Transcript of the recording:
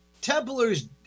Templars